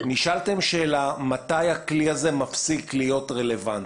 נשאתם שאלה: מתי הכלי הזה מפסיק להיות רלוונטי.